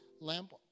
lamp